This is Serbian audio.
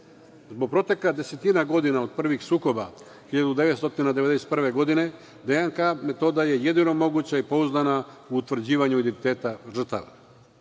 lica. Zbog proteka desetina godina od prvih sukoba 1991. godine, DNK metoda je jedino moguće pouzdana u utvrđivanju identiteta žrtava.